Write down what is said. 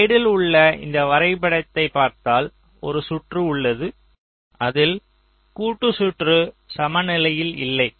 ஸ்லைடில் உள்ள இந்த வரைபடத்தை பார்த்தால் ஒரு சுற்று உள்ளது அதில் கூட்டு சுற்று சமநிலையில் இல்லை